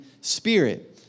Spirit